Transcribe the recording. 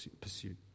pursuit